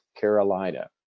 carolina